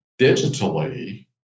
digitally